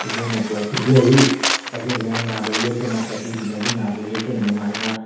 ꯏꯕꯨꯡꯅ ꯕꯣꯔ ꯄꯤꯖꯔꯤ ꯆꯍꯤ ꯑꯃꯁꯤꯗ ꯅꯪ ꯅꯥꯗ ꯌꯦꯛꯇꯅ ꯆꯍꯤꯁꯤꯗꯒꯤ ꯅꯥꯗ ꯌꯦꯛꯇꯅ ꯅꯨꯡꯉꯥꯏꯅ